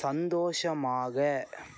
சந்தோஷமாக